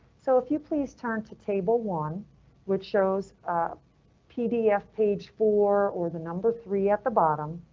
so if you please turn to table one which shows um pdf page four or the number three at the bottom,